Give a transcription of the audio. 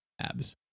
abs